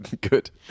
Good